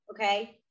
Okay